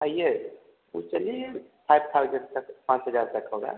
आइए तो चलिए फाइव थाउज़ेंड तक पाँच हज़ार तक होगा